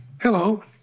Hello